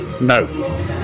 no